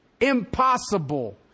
Impossible